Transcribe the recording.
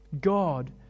God